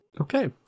Okay